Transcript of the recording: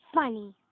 Funny